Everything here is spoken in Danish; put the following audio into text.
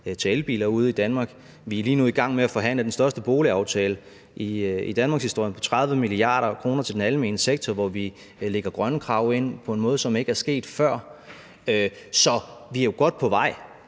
til elbiler ude i Danmark, og vi er lige nu i gang med at forhandle den største boligaftale i danmarkshistorien på 30 mia. kr. til den almene sektor, hvor vi lægger grønne krav ind på en måde, som ikke er sket før. Så vi er godt på vej.